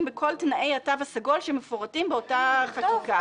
בכל תנאי התו הסגול שמפורטים באותה חקיקה.